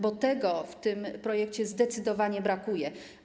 Bo tego w tym projekcie zdecydowanie brakuje.